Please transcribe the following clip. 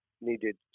needed